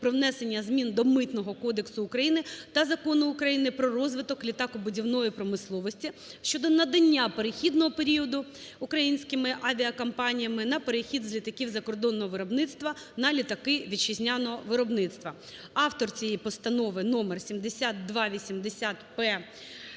"Про внесення змін до Митного кодексу України та Закону України "Про розвиток літакобудівної промисловості" щодо надання перехідного періоду українськими авіакомпаніями на перехід з літаків закордонного виробництва на літаки вітчизняного виробництва. Автор цієї постанови номер 7280-П,